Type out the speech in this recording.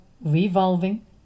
revolving